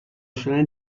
شدن